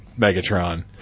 Megatron